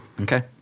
Okay